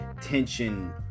tension